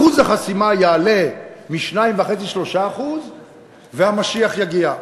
אחוז החסימה יעלה מ-2.5% ל-3% והמשיח יגיע.